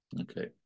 Okay